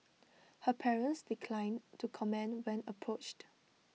her parents declined to comment when approached